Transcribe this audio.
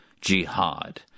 jihad